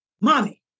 mommy